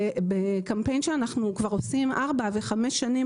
בקמפיין שאנחנו כבר עושים ארבע וחמש שנים